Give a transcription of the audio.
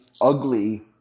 ugly